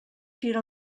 tira